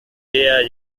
yeah